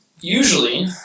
usually